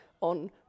on